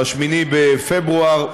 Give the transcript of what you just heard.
ב-8 בפברואר,